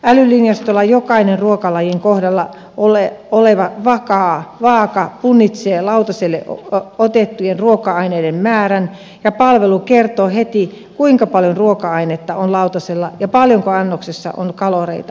älylinjastolla jokainen ruokalajin kohdalla oleva vaaka punnitsee lautaselle otettujen ruoka aineiden määrän ja palvelu kertoo heti kuinka paljon ruoka ainetta on lautasella ja paljonko annoksessa on kaloreita